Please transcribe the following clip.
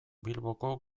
bilboko